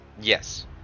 Yes